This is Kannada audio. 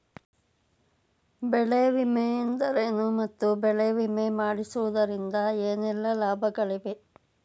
ಬೆಳೆ ವಿಮೆ ಎಂದರೇನು ಮತ್ತು ಬೆಳೆ ವಿಮೆ ಮಾಡಿಸುವುದರಿಂದ ಏನೆಲ್ಲಾ ಲಾಭಗಳಿವೆ?